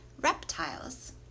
reptiles